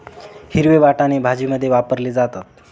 हिरवे वाटाणे भाजीमध्ये वापरले जातात